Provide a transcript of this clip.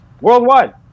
Worldwide